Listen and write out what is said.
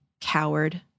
Coward